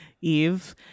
Eve